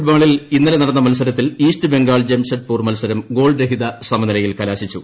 ഫുട്ബോളിൽ ഇന്നലെ നടന്ന മത്സരത്തിൽ ഈസ്റ്റ് ബംഗാൾ ജംഷഡ്പൂർ മത്സരം ഗോൾ രഹിത സമനിലയിൽ കലാശിച്ചു